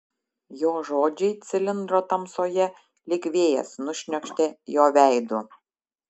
jo žodžiai cilindro tamsoje lyg vėjas nušniokštė jo veidu